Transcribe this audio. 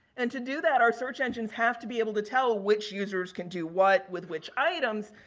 and, to do that, our search engines have to be able to tell which users can do what with which items.